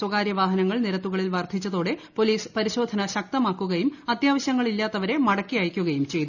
സ്വകാര്യ വാഹനങ്ങൾ നിരത്തുകളിൽ വർദ്ധിച്ചതോടെ പോലീസ് പരിശോധന ശക്തമാക്കുകയും അത്യാവശ്യങ്ങൾ ഇല്ലാത്തവരെ മടക്കി അയക്കുകയും ചെയ്തു